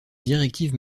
directives